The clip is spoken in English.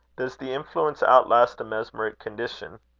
does the influence outlast the mesmeric condition?